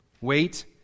wait